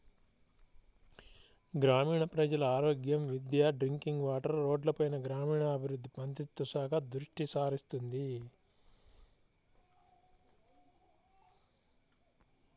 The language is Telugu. గ్రామీణ ప్రజల ఆరోగ్యం, విద్య, డ్రింకింగ్ వాటర్, రోడ్లపైన గ్రామీణాభివృద్ధి మంత్రిత్వ శాఖ దృష్టిసారిస్తుంది